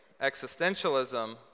existentialism